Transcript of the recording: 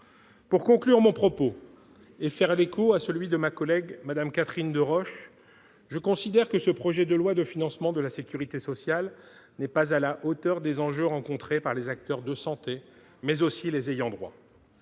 Pour conclure mes propos, en faisant écho à ceux de ma collègue Catherine Deroche, je dirai que ce projet de loi de financement de la sécurité sociale n'est pas à la hauteur des enjeux rencontrés par les acteurs de santé et les ayants droit.